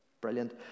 Brilliant